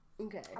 Okay